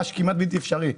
כמעט בלתי אפשרי.